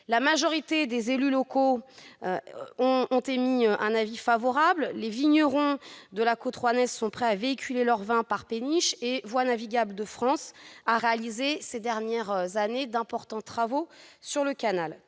la majorité des élus locaux ont émis un avis favorable, les vignerons de la Côte-roannaise sont prêts à véhiculer leur vin par péniche et Voies navigables de France a réalisé d'importants travaux sur le canal